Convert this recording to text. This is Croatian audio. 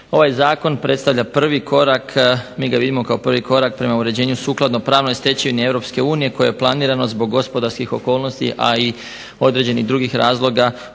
Ovaj zakon predstavlja prvi korak, mi ga vidimo kao prvi korak prema uređenju sukladno pravnoj stečevini EU koje je planirano zbog gospodarskih okolnosti, a i određenih drugih razloga